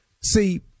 See